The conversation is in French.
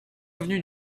avenue